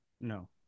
no